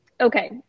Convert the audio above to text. Okay